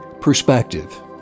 perspective